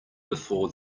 before